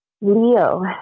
Leo